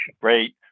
Great